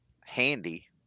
handy